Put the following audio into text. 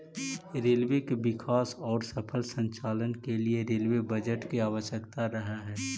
railway के विकास औउर सफल संचालन के लिए रेलवे बजट के आवश्यकता रहऽ हई